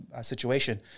situation